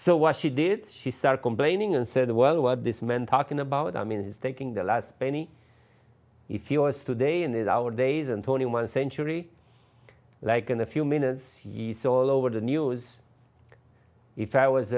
so was she did she start complaining and said well what this man talking about i mean is taking the last penny if us today is our days and twenty one century like in a few minutes he's all over the news if i was